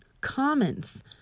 comments